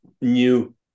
new